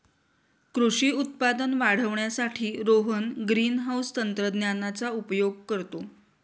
कृषी उत्पादन वाढवण्यासाठी रोहन ग्रीनहाउस तंत्रज्ञानाचा उपयोग करतो